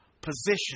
position